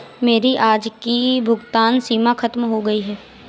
मेरी आज की भुगतान सीमा खत्म हो गई है